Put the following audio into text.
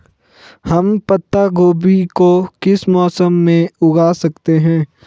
हम पत्ता गोभी को किस मौसम में उगा सकते हैं?